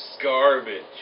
garbage